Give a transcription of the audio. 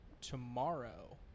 tomorrow